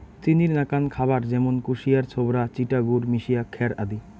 চিনির নাকান খাবার য্যামুন কুশিয়ার ছোবড়া, চিটা গুড় মিশিয়া খ্যার আদি